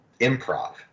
improv